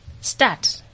Start